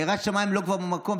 יראת שמיים כבר לא במקום,